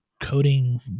coding